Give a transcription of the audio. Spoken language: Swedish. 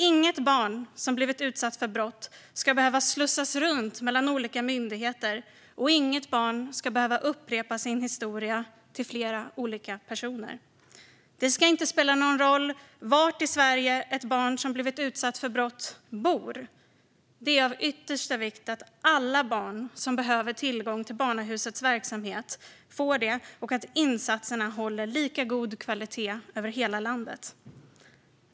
Inget barn som blivit utsatt för brott ska behöva slussas runt mellan olika myndigheter, och inget barn ska behöva upprepa sin historia för flera olika personer. Det ska inte spela någon roll var i Sverige ett barn som blivit utsatt för brott bor. Det är av yttersta vikt att alla barn som behöver tillgång till barnahusens verksamhet får det och att insatserna håller lika god kvalitet över hela landet.